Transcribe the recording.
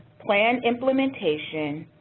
plan implementation,